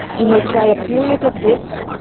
you may try a period of this,